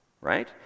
right